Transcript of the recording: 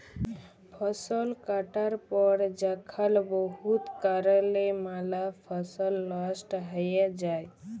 ফসল কাটার পর যখল বহুত কারলে ম্যালা ফসল লস্ট হঁয়ে যায়